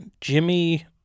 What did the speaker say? Jimmy